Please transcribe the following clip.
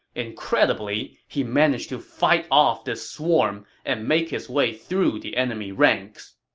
incredibly, he managed to fight off this swarm and make his way through the enemy ranks